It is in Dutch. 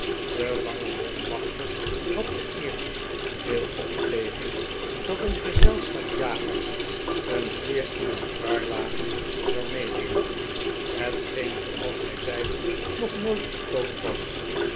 de lange boschwachter had er eerst veel op tegen dat een gezelschap jagers een heer in een kruiwagen zou meenemen hetgeen zooals hij zei nog nooit vertoond was